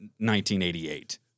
1988